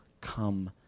come